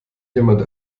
jemand